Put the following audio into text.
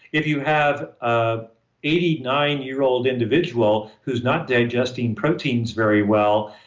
if you have a eighty nine year old individual, who's not digesting proteins very well,